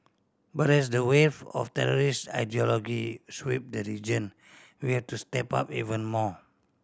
but as the wave of terrorist ideology sweep the region we have to step up even more